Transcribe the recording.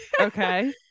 Okay